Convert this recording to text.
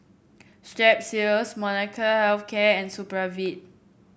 Strepsils Molnylcke Health Care and Supravit